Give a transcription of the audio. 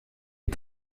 est